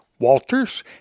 Walters